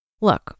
Look